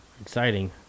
exciting